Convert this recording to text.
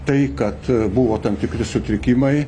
tai kad buvo tam tikri sutrikimai